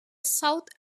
south